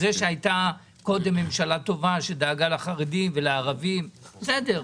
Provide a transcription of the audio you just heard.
זה שהייתה קודם ממשלה טובה שדאגה לחרדים ולערבים בסדר,